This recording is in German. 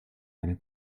eine